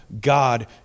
God